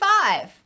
five